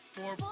Four